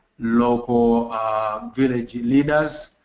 local village leaders,